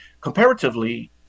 comparatively